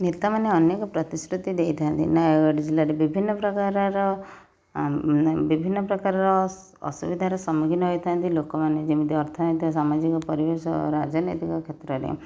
ନେତାମାନେ ଅନେକ ପ୍ରତିଶ୍ରୁତି ଦେଇଥାନ୍ତି ନୟାଗଡ଼ ଜିଲ୍ଲାରେ ବିଭିନ୍ନ ପ୍ରକାରର ବିଭିନ୍ନ ପ୍ରକାରର ଅସୁବିଧାର ସମ୍ମୁଖୀନ ହୋଇଥାଆନ୍ତି ଲୋକମାନେ ଯେମିତି ଅର୍ଥନୀତିକ ସାମାଜିକ ପରିବେଶ ଓ ରାଜନୈତିକ କ୍ଷେତ୍ରରେ